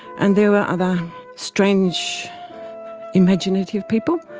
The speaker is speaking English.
and there were other strange imaginative people,